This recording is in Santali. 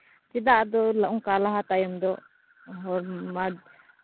ᱪᱮᱫᱟᱜ ᱟᱫᱚ ᱱᱚᱜᱼᱚᱭ ᱱᱚᱠᱟ ᱞᱟᱦᱟ ᱛᱟᱭᱚᱢ ᱫᱚ ᱦᱚᱨ ᱢᱟᱴᱷ